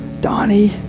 Donnie